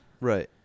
Right